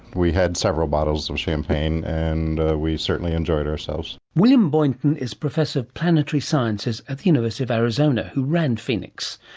we had several bottles of champagne and we certainly enjoyed ourselves. william boynton is professor of planetary sciences at the university of arizona who ran phoenix.